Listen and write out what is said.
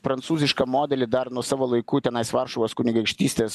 prancūzišką modelį dar nuo savo laikų tenais varšuvos kunigaikštystės